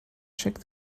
check